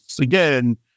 again